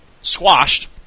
squashed